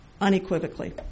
unequivocally